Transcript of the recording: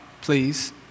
please